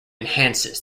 enhances